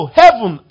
heaven